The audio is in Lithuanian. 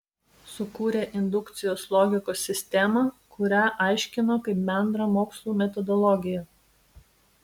sukūrė indukcijos logikos sistemą kurią aiškino kaip bendrą mokslų metodologiją